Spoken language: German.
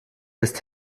ist